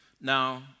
Now